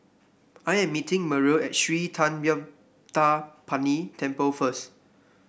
I am meeting Merrill at Sri Thendayuthapani Temple first